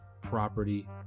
property